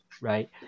right